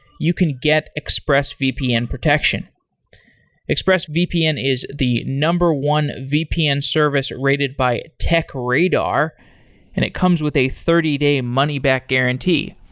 you can get expressvpn protection expressvpn is the number one vpn service rated by techradar and it comes with a thirty day money-back guarantee.